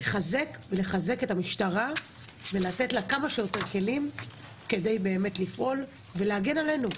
היא לחזק את המשטרה ולתת לה כמה שיותר כלים כדי לפעול ולהגן עלינו,